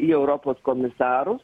į europos komisarus